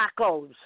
tacos